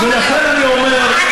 ולכן אני אומר,